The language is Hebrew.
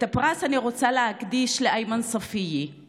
את הפרס אני רוצה להקדיש לאיימן ספייה.